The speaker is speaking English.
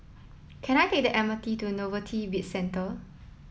can I take the M R T to Novelty Bizcentre